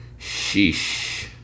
Sheesh